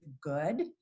good